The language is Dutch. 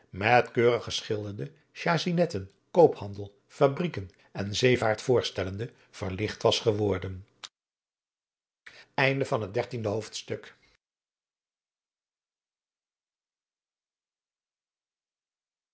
met keurig geschilderde chazinetten koophandel fabrijken en zeevaart voorstellende verlicht was geworden